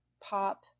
pop